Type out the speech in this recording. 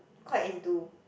quite into